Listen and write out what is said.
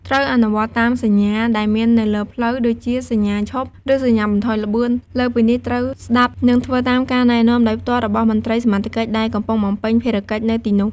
ត្រូវ អនុវត្តតាមសញ្ញា ដែលមាននៅលើផ្លូវ ដូចជាសញ្ញាឈប់ ឬសញ្ញាបន្ថយល្បឿន លើសពីនេះ ត្រូវស្តាប់ និងធ្វើតាមការណែនាំដោយផ្ទាល់របស់មន្ត្រីសមត្ថកិច្ចដែលកំពុងបំពេញភារកិច្ចនៅទីនោះ។